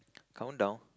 countdown